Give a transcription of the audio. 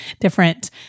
different